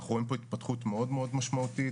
אנחנו רואים פה התפתחות משמעותית מאוד,